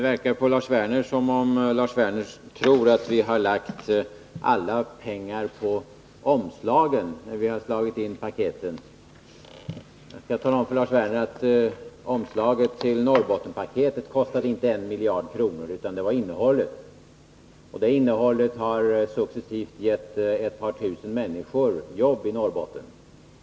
Herr talman! Det verkar som om Lars Werner tror att vi har lagt alla pengar på omslagen, när vi har slagit in paketen. Jag skall tala om för Lars Werner att omslaget till Norrbottenspaketet kostade inte en miljard kronor, utan det var innehållet som kostade så mycket. Det innehållet har successivt gett ett par tusen människor jobb i Norrbotten.